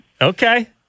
Okay